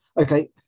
Okay